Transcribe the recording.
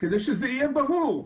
כדי שזה יהיה ברור.